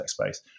space